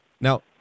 Now